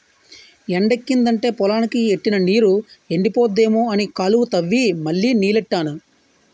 ఎండెక్కిదంటే పొలానికి ఎట్టిన నీరు ఎండిపోద్దేమో అని కాలువ తవ్వి మళ్ళీ నీల్లెట్టాను